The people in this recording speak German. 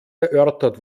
erörtert